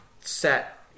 set